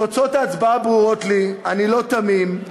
תוצאות ההצבעה ברורות לי, אני לא תמים,